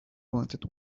wanted